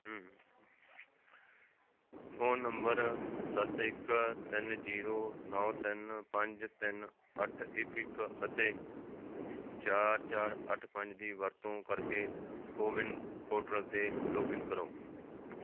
phone number ਸੱਤ ਇੱਕ ਤਿੰਨ ਜ਼ੀਰੋ ਨੌ ਤਿੰਨ ਪੰਜ ਤਿੰਨ ਅੱਠ ਇੱਕ ਇੱਕ ਅਤੇ ਚਾਰ ਚਾਰ ਅੱਠ ਪੰਜ ਦੀ ਵਰਤੋਂ ਕਰਕੇ ਕੋਵਿਨ ਪੋਰਟਲ 'ਤੇ ਲੌਗਇਨ ਕਰੋ